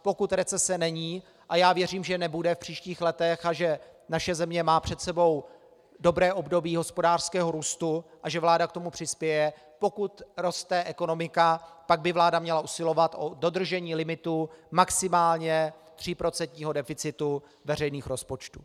Pokud recese není, a já věřím, že v příštích letech nebude a že naše země má před sebou dobré období hospodářského růstu a že vláda k tomu přispěje, pokud roste ekonomika, pak by vláda měla usilovat o dodržení limitu maximálně tříprocentního deficitu veřejných rozpočtů.